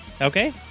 Okay